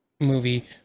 movie